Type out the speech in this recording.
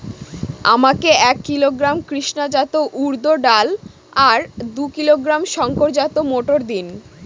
আমাকে এক কিলোগ্রাম কৃষ্ণা জাত উর্দ ডাল আর দু কিলোগ্রাম শঙ্কর জাত মোটর দিন?